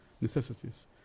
necessities